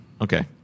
Okay